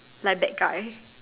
like bad guy